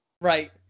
Right